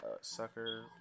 Sucker